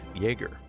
jaeger